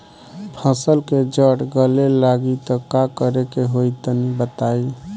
फसल के जड़ गले लागि त का करेके होई तनि बताई?